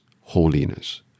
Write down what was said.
holiness